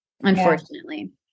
unfortunately